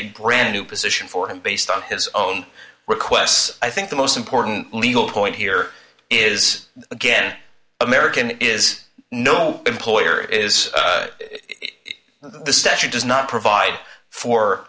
a brand new position for him based on his own requests i think the most important legal point here is again american is no employer is the session does not provide for